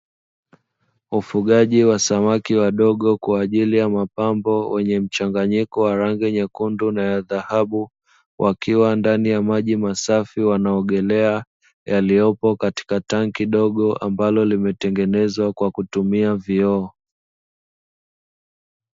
Ufugaji wa samaki wadogo kwa ajili ya mapambo, wenye mchanganyiko wa rangi nyekundu na ya dhahabu. Wakiwa ndani ya maji masafi wanaogelea yaliyopo katika tanki dogo ambalo limetengenezwa kwa kutumia vioo.